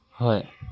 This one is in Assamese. হয়